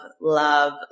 love